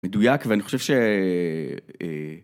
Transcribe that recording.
מדויק, ואני חושב ש... אה..